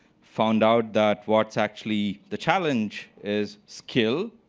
found out that what's actually the challenge is skill,